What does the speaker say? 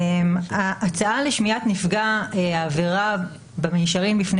ההצעה לשמיעת נפגע העבירה במישרין בפני